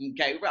okay